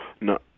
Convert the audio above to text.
No